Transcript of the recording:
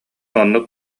оннук